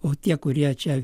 o tie kurie čia